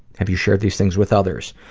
have you shared these things with others?